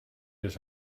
his